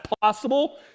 possible